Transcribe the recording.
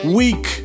week